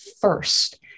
first